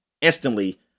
instantly